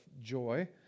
joy